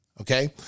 okay